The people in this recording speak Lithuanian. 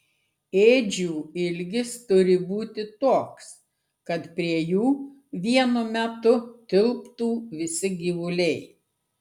ėdžių ilgis turi būti toks kad prie jų vienu metu tilptų visi gyvuliai